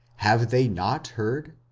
have they not heard?